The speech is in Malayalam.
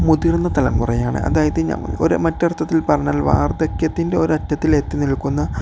മുതിർന്ന തലമുറയാണ് അതായത് മറ്റൊരർത്ഥത്തിൽ പറഞ്ഞാൽ വാർധക്യത്തിൻ്റെ ഒരറ്റത്തിൽ എത്തിനിൽക്കുന്ന